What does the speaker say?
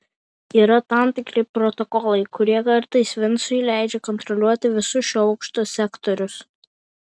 yra tam tikri protokolai kurie kartais vincui leidžia kontroliuoti visus šio aukšto sektorius